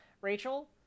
Rachel